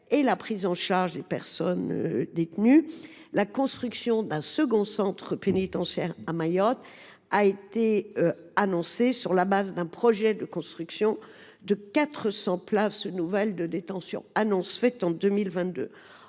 et la prise en charge des personnes détenues, la construction d’un second centre pénitentiaire à Mayotte a été annoncée en 2022, sur la base d’un projet de construction de 400 nouvelles places de détention. En mars 2023,